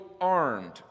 armed